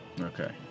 Okay